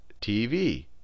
TV